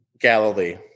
Galilee